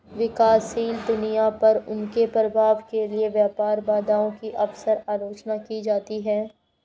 विकासशील दुनिया पर उनके प्रभाव के लिए व्यापार बाधाओं की अक्सर आलोचना की जाती है